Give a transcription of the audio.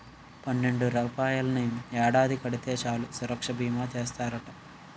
పన్నెండు రూపాయలని ఏడాది కడితే చాలు సురక్షా బీమా చేస్తారట